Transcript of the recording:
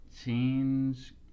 change